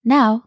Now